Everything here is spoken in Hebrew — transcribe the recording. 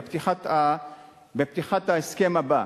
בפתיחת ההסכם הבא,